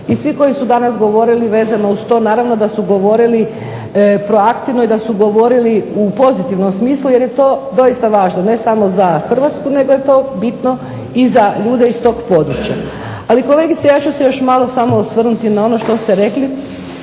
I svi koji su danas govorili vezano uz to naravno da su govorili proaktivno i da su govorili u pozitivnom smislu jer je to doista vlažno ne samo za Hrvatsku nego je to bitno i za ljude iz tog područja. Ali kolegice ja ću se još samo malo osvrnuti na ono što ste rekli